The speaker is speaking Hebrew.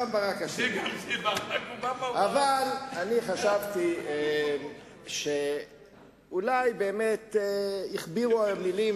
אבל חשבתי שאולי באמת הכבירו מלים.